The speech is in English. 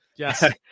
Yes